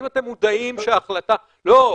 לא,